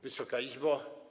Wysoka Izbo!